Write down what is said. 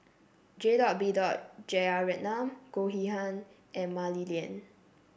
J dot B dot Jeyaretnam Goh Yihan and Mah Li Lian